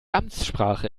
amtssprache